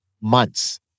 months